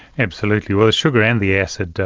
absolutely. well, the sugar and the acid,